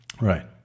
right